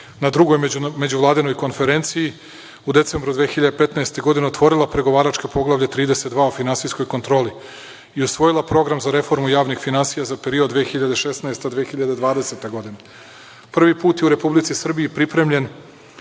na Drugoj međuvladinoj konferenciji u decembru 2015. godine otvorila pregovaračko poglavlje 32 o finansijskoj kontroli i usvojila program za reformu javnih finansija za period 2016-2020. godina. Prvi put je u Republici Srbiji pripremljen